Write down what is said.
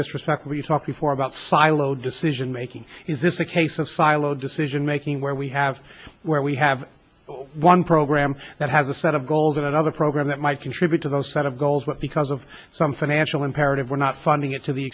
disrespectful you talked before about silo decision making is this a case of silo decision making where we have where we have one program that has a set of goals and another program that might contribute to those kind of goals but because of some financial imperative we're not funding it t